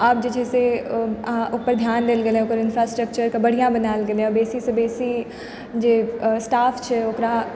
आब जे छै से ओ अऽ ओहिपर ध्यान देल गेलै इंफ्रास्ट्रक्चर के बढ़िऑं बनायल गेलै हऽ बेसीसँ बेसी जे स्टाफ छै ओकरा